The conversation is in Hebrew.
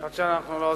תודה רבה.